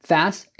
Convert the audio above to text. fast